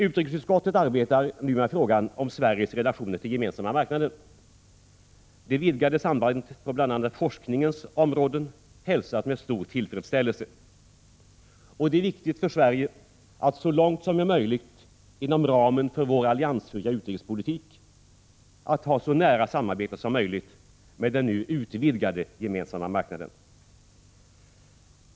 Utrikesutskottet arbetar nu med frågan om Sveriges relationer till den gemensamma marknaden. Det vidgade samarbetet på bl.a. forskningens område hälsas med stor tillfredsställelse. Det är viktigt för Sverige, så långt som det är möjligt inom ramen för vår alliansfria utrikespolitik, att ha nära samarbete med den nu utvidgade gemensamma marknaden.